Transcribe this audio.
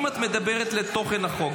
אם את מדברת על תוכן החוק,